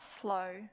slow